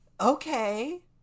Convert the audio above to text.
Okay